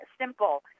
simple